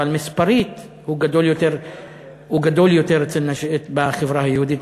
אבל מספרית הוא גדול יותר בחברה היהודית,